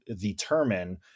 determine